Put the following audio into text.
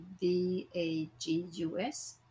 D-A-G-U-S